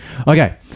Okay